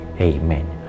Amen